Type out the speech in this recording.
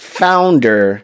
founder